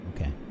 Okay